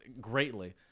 Greatly